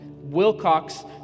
Wilcox